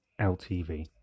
LTV